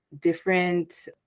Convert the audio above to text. different